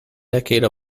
decade